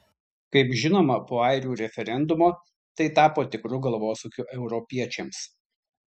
kaip žinoma po airių referendumo tai tapo tikru galvosūkiu europiečiams